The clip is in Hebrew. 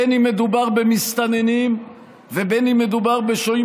בין שמדובר במסתננים ובין שמדובר בשוהים